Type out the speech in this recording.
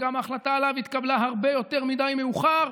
וגם ההחלטה עליו התקבלה הרבה יותר מדי מאוחר.